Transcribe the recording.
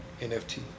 NFT